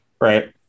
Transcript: Right